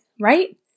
right